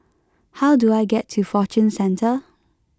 how do I get to Fortune Centre